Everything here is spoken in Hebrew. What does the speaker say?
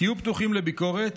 תהיו פתוחים לביקורת